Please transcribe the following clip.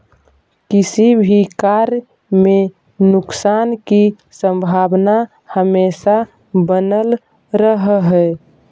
किसी भी कार्य में नुकसान की संभावना हमेशा बनल रहअ हई